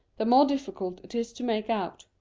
the more difficult it is to make out.